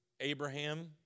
Abraham